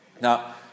Now